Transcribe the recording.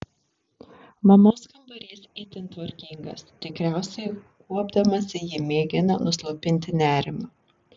mamos kambarys itin tvarkingas tikriausiai kuopdamasi ji mėgina nuslopinti nerimą